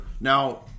Now